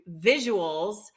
visuals